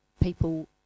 people